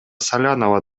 салянова